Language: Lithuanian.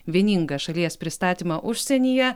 vieningą šalies pristatymą užsienyje